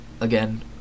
again